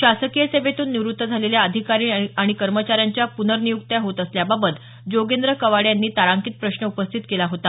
शासकीय सेवेतून निवृत्त झालेल्या अधिकारी आणि कर्मचाऱ्यांच्या पूनर्नियुक्त्या होत असल्याबाबत जोगेंद्र कवाडे यांनी तारांकित प्रश्न उपस्थित केला होत